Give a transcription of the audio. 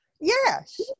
yes